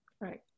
Right